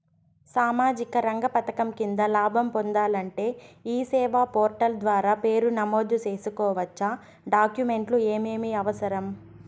సామాజిక రంగ పథకం కింద లాభం పొందాలంటే ఈ సేవా పోర్టల్ ద్వారా పేరు నమోదు సేసుకోవచ్చా? డాక్యుమెంట్లు ఏమేమి అవసరం?